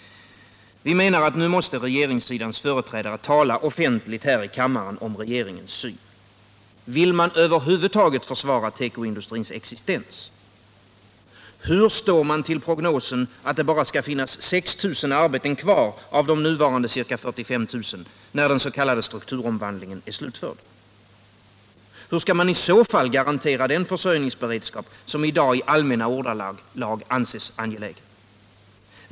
Vi menar att nu måste regeringssidans företrädare tala offentligt här i kammaren om regeringens syn. Vill man över huvud taget försvara tekoindustrins existens? Hur står man till prognosen att det bara skall finnas 6 000 arbeten kvar av den nuvarande 45 000, när den s.k. strukturomvandlingen är slutförd? Hur skall man i så fall garantera den försörjningsberedskap som man i dag i allmänna ordalag anser så angelägen?